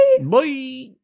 Bye